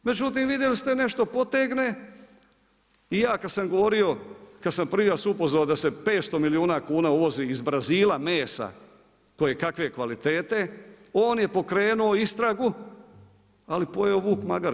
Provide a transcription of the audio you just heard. Međutim, vidjeli ste nešto potegne i ja kad sam govorio kad sam … da se 500 milijuna kuna uvozi iz Brazila mesa koje kakve kvalitete, on je pokrenuo istragu, ali pojeo vuk magare.